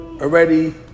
already